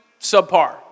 subpar